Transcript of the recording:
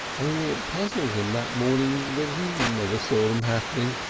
only it puzzled him that morning that he never saw them happening.